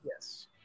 Yes